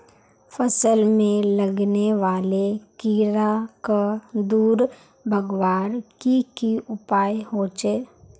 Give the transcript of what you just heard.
फसल में लगने वाले कीड़ा क दूर भगवार की की उपाय होचे?